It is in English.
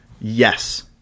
Yes